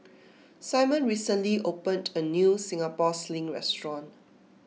Simone recently opened a new Singapore Sling restaurant